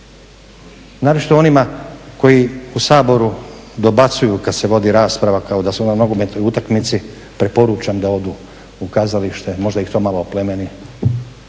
naročito onima koji u Saboru dobacuju kad se vodi rasprava kao da smo na nogometnoj utakmici preporučam da odu u kazalište, možda ih to malo oplemeni,